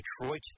Detroit